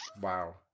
Wow